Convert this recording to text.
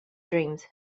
dreams